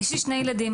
יש לי שני ילדים,